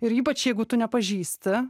ir ypač jeigu tu nepažįsti